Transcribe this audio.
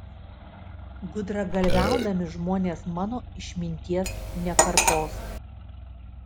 gudragalviaudami žmonės mano išminties nekartos